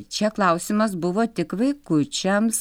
čia klausimas buvo tik vaikučiams